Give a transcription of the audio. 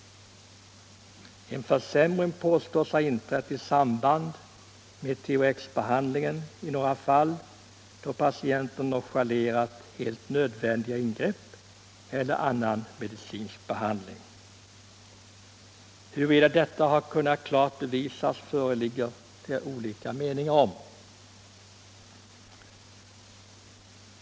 En försämring påstås ha inträtt i samband med THX-behandlingen i några fall då patienter nonchalerat helt nödvändiga ingrepp eller annan medicinsk behandling. Huruvida detta har kunnat klart bevisas föreligger det olika meningar om.